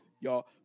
Y'all